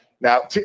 Now